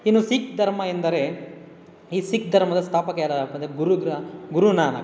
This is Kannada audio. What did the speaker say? ಇನ್ನು ಸಿಖ್ ಧರ್ಮ ಎಂದರೆ ಈ ಸಿಖ್ ಧರ್ಮದ ಸ್ಥಾಪಕ ಯಾರಪ್ಪ ಅಂದರೆ ಗುರು ಗ್ರಾ ಗುರು ನಾನಕ್